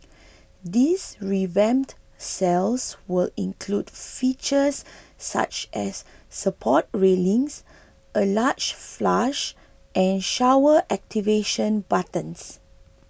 these revamped cells will include features such as support railings and large flush and shower activation buttons